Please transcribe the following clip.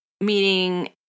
meaning